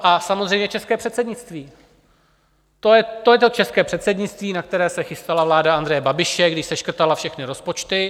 A samozřejmě české předsednictví to je to české předsednictví, na které se chystala vláda Andreje Babiše, když seškrtala všechny rozpočty.